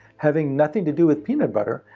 having nothing to do with peanut butter,